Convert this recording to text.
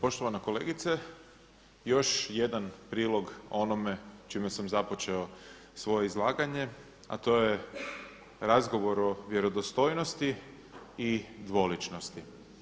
Poštovana kolegice, još jedan prilog onome čime sam započeo svoje izlaganje, a to je razgovor o vjerodostojnosti i dvoličnosti.